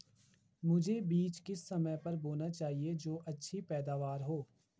मुझे बीज किस समय पर बोना चाहिए जो अच्छी पैदावार हो?